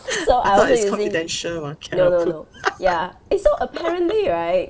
so I also using no no no ya eh so apparently right